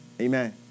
Amen